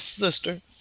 sister